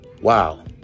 Wow